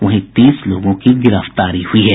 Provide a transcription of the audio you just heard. वहीं तीस लोगों की गिरफ्तारी हुई है